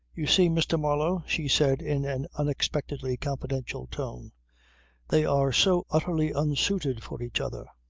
you see, mr. marlow, she said in an unexpectedly confidential tone they are so utterly unsuited for each other.